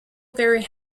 very